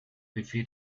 buffet